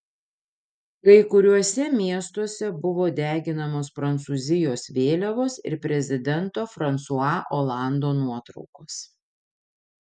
kai kuriuose miestuose buvo deginamos prancūzijos vėliavos ir prezidento fransua olando nuotraukos